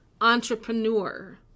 entrepreneur